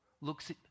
looks